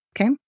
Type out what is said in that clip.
okay